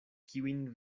kiujn